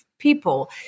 People